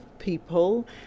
people